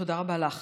תודה רבה לך.